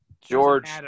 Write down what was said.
George